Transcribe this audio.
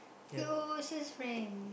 closest friend